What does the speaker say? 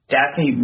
Daphne